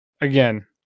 again